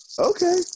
Okay